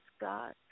God